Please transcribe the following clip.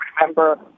remember